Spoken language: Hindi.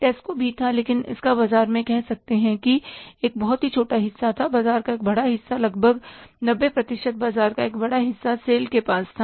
टेस्को भी था लेकिन इसका बाजार में कह सकते हैं कि एक बहुत ही छोटा हिस्सा था बाजार का एक बड़ा हिस्सा लगभग 90 बाजार का एक बड़ा हिस्सा सेल के पास था